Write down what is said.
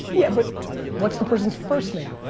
yeah, but what's the person's first name?